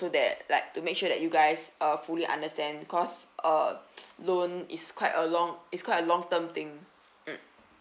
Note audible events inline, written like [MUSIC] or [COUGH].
so that like to make sure that you guys uh fully understand cause uh [NOISE] loan is quite a long is quite a long term thing mm